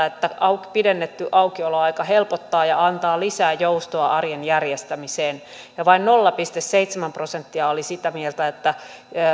että pidennetty aukioloaika helpottaa ja antaa lisää joustoa arjen järjestämiseen ja vain nolla pilkku seitsemän prosenttia oli sitä mieltä että